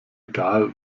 egal